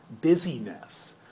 busyness